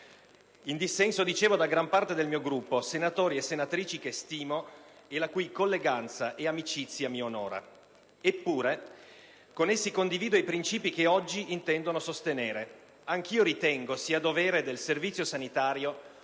di cui sono grato, da gran parte del mio Gruppo, senatori e senatrici che stimo e la cui colleganza ed amicizia mi onora. Eppure, con essi condivido i princìpi che oggi intendono sostenere. Anch'io ritengo sia dovere del Servizio sanitario